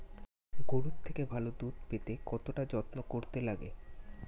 গরুর থেকে ভালো দুধ পেতে কতটা যত্ন করতে লাগে